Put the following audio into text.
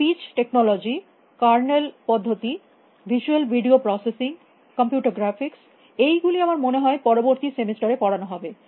speech technology kernel পদ্ধতি visual video processing computer graphics এই গুলি আমার মনে হয় পরবর্তী সেমিস্টার এ পড়ানো হবে